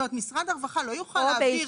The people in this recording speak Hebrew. זאת אומרת שמשרד הרווחה לא יוכל להעביר כספים